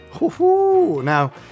now